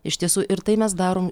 iš tiesų ir tai mes darom